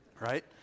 Right